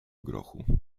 grochu